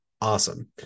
awesome